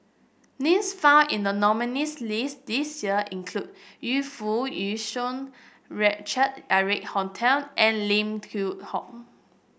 names found in the nominees' list this year include Yu Foo Yee Shoon Richard Eric Holttum and Lim Hock